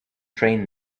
train